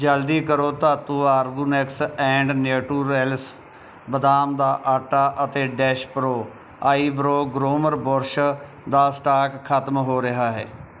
ਜਲਦੀ ਕਰੋ Dhatu organics and naturals ਬਦਾਮ ਦਾ ਆਟਾ ਅਤੇ dash pro eyebrow groomer brush ਦਾ ਸਟਾਕ ਖਤਮ ਹੋ ਰਿਹਾ ਹੈ